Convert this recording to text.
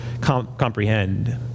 comprehend